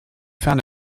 ferne